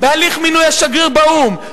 בהליך מינוי השגריר באו"ם,